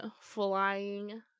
flying